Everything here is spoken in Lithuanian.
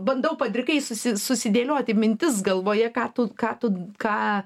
bandau padrikai susi susidėlioti mintis galvoje ką tu ką tu ką